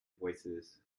voices